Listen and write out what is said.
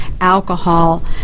alcohol